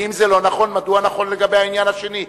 ואם זה לא נכון, מדוע נכון לגבי העניין השני?